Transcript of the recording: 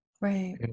right